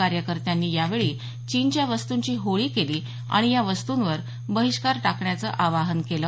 कार्यकर्त्यांनी यावेळी चीनच्या वस्तूंची होळीही केली आणि या वस्तूंवर बहिष्कार टाकण्याचं आवाहन केलं